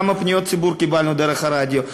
כמה פניות ציבור קיבלנו דרך הרדיו.